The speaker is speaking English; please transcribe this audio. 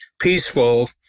peaceful